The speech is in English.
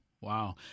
wow